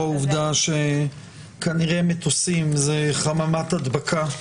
העובדה שכנראה מטוסים זה חממת הדבקה.